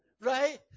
right